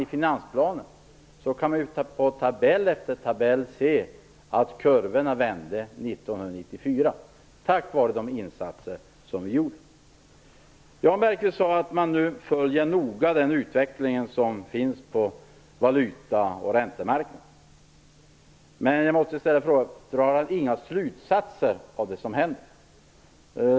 I finansplanen kan man i tabell efter tabell se att kurvorna vände 1994 tack vare de insatser som vi gjorde. Jan Bergqvist sade att man nu noga följer utvecklingen på valuta och räntemarknaderna, men jag måste ställa frågan om han inte drar några slutsatser av det som händer.